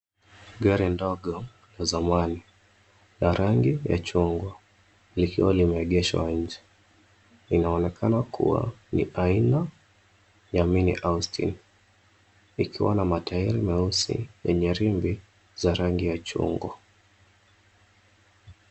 Gari dogo la zamani la rangi ya chungwa likiwa limeegeshwa nje. Linaonekana kuwa ni aina ya mini austin . Likiwa na matairi meusi yenye rimu za rangi ya chungwa.